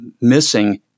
missing